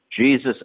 Jesus